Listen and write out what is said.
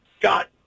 got